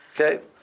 Okay